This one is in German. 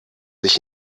sich